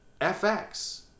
FX